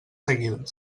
seguides